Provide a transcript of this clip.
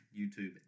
YouTube